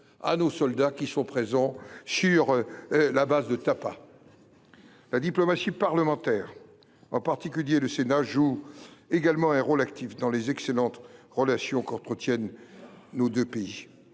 et soldats qui sont présents sur la base de Tapa. La diplomatie parlementaire – en particulier celle du Sénat – joue également un rôle actif dans les excellentes relations qu’entretiennent nos deux pays.